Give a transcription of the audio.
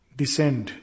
descend